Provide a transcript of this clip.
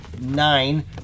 nine